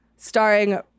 Starring